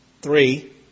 Three